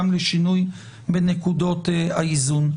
גם לשינוי בנקודות האיזון.